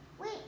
Wait